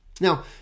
Now